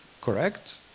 correct